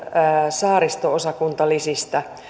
saaristo osakuntalisistä